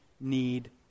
need